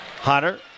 Hunter